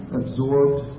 absorbed